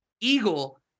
Eagle